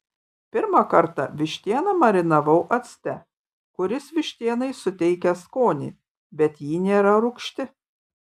pirmą kartą vištieną marinavau acte kuris vištienai suteikia skonį bet ji nėra rūgšti